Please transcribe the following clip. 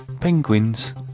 penguins